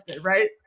right